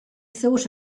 thought